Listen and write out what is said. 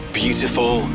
beautiful